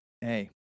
Hey